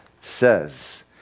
says